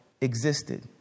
existed